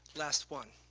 last one,